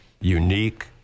unique